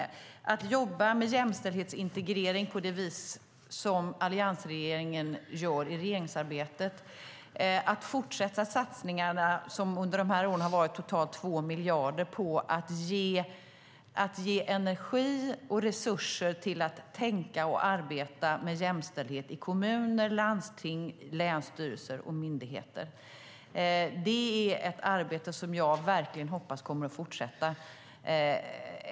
Det handlar om att jobba med jämställdhetsintegrering på det vis alliansregeringen gör i regeringsarbetet, fortsätta satsningarna - som under de här åren har varit totalt 2 miljarder - på att ge energi och resurser till att tänka på och arbeta med jämställdhet i kommuner, landsting, länsstyrelser och myndigheter. Det är ett arbete jag verkligen hoppas kommer att fortsätta.